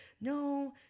No